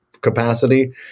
capacity